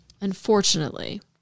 unfortunately